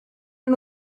and